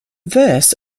verse